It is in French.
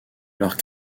leurs